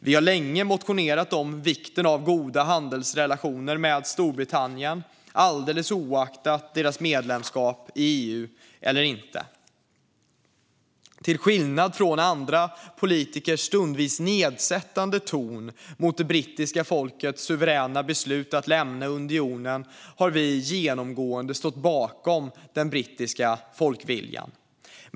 Vi har länge motionerat om vikten av goda handelsrelationer med Storbritannien, alldeles oavsett om de är medlemmar i EU eller inte. Till skillnad från andra politiker, som stundvis haft en nedsättande ton när det gäller det brittiska folkets suveräna beslut att lämna unionen, har vi genomgående stått bakom den brittiska folkviljan.